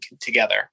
together